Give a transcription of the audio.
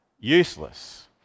useless